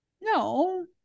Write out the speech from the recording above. no